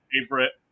favorite